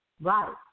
right